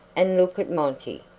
and look at monty!